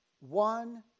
one